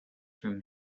from